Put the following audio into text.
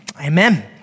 Amen